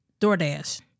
DoorDash